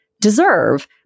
deserve